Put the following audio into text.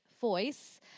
Voice